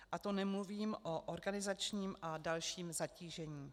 A to nemluvím o organizačním a dalším zatížení.